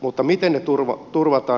mutta miten ne turvataan